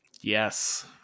Yes